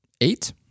Eight